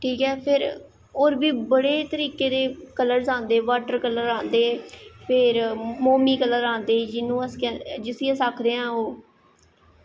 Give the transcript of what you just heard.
ठीक ऐ फिर होर बी बड़े तरीके दे कलरस आंदे वॉटर कलर आंदे फिर मोमी कलर आंदे जिस्सी अस आखदे आं ओह्